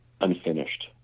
unfinished